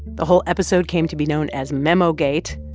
the whole episode came to be known as memogate.